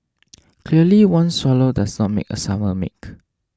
clearly one swallow does not make a summer make